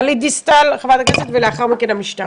חברת הכנסת גלית דיסטל ולאחר מכן המשטרה.